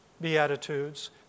Beatitudes